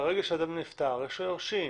שאדם נפטר, יש לו יורשים.